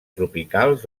tropicals